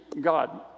God